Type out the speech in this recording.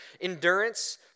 Endurance